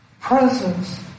presence